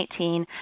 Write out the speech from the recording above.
2018